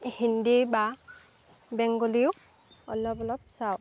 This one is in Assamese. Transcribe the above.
হিন্দী বা বেংগলীও অলপ অলপ চাওঁ